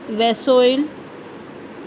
visual